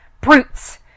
Brutes